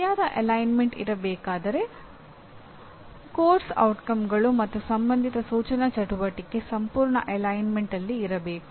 ಸರಿಯಾದ ಅಲೈನ್ಮೆಂಟ್ಗೆ ಅಲ್ಲಿ ಇರಬೇಕು